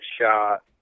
shot